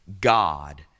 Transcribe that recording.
God